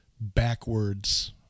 backwards